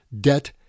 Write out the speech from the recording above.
debt